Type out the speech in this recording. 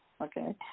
Okay